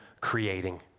creating